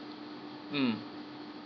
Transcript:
mm